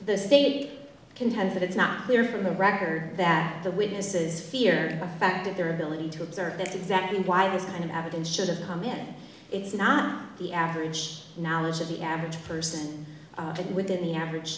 the state can have that it's not clear from the record that the witnesses fear back to their ability to observe that's exactly why this kind of evidence should have come it is not the average knowledge of the average person could within the average